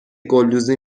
گلدوزی